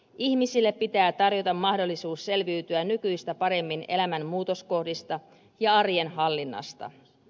ihmisille pitää tarjota mahdollisuus selviytyä nykyistä paremmin elämän muutoskohdista ja arjen hallinnasta